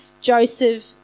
Joseph